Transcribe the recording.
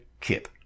Kip